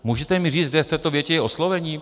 Můžete mi říct, kde v této větě je oslovení?